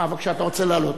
אה, בבקשה, אתה רוצה לעלות.